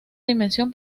dimensión